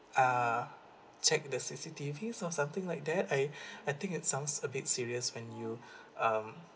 uh check the C_C_T_V or something like that I I think it sounds a bit serious when you um